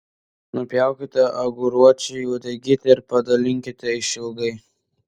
nupjaukite aguročiui uodegytę ir padalinkite išilgai